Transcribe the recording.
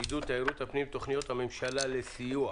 עידוד תיירות פנים ותוכניות הממשלה לסיוע.